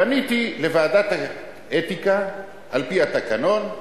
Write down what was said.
פניתי לוועדת האתיקה, על-פי התקנון,